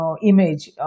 image